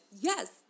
Yes